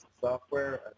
Software